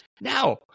Now